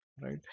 right